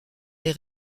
les